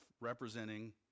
representing